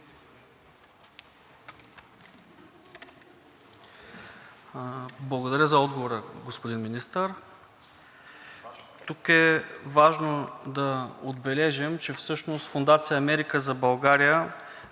Благодаря за отговора, господин Министър. Тук е важно да отбележим, че Фондация „Америка за България“